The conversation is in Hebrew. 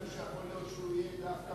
אנחנו לא יכולים.